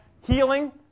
healing